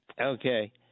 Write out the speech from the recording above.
Okay